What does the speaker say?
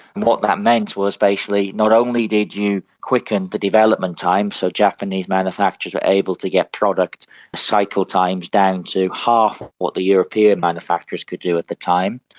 what that meant was basically not only did you quicken the development time, so japanese manufacturers were able to get product cycle times down to half of what the european manufacturers could do at the time,